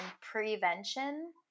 prevention